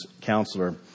counselor